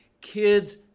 kids